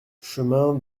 chemin